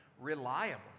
reliable